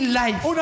life